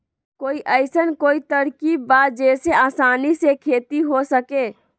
कोई अइसन कोई तरकीब बा जेसे आसानी से खेती हो सके?